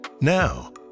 Now